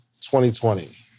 2020